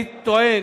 אני טוען